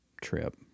trip